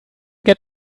get